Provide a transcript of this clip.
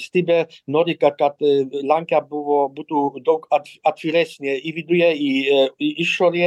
stebėt nori kad kad lenkija buvo būtų daug atviresnė į viduje į į išorę